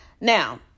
Now